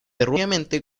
erróneamente